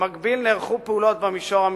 במקביל, נערכו פעולות במישור המשפטי.